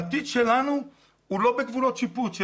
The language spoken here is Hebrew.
העתיד שלנו הוא לא בגבולות שיפוט.